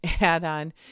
add-on